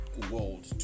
world